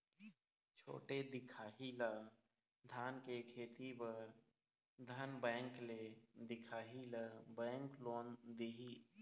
छोटे दिखाही ला धान के खेती बर धन बैंक ले दिखाही ला बैंक लोन दिही?